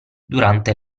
durante